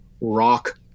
rock